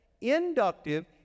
Inductive